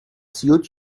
suit